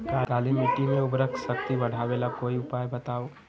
काली मिट्टी में उर्वरक शक्ति बढ़ावे ला कोई उपाय बताउ?